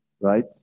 Right